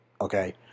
Okay